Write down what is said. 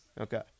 Okay